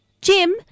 Jim